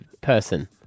person